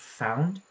found